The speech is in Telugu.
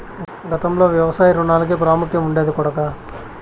గతంలో వ్యవసాయ రుణాలకే ప్రాముఖ్యం ఉండేది కొడకా